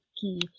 key